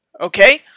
Okay